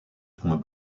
points